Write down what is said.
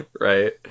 Right